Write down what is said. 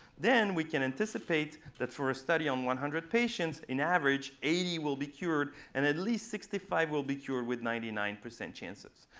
then we can anticipate that, for a study on one hundred patients, in average, eighty be cured. and at least sixty five will be cured with ninety nine percent chances.